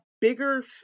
Bigger